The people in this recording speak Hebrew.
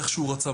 איך שהוא רצה,